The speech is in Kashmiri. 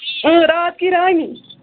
اَوا راتھ کی رانی